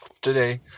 today